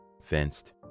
fenced